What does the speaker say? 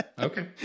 Okay